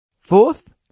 Fourth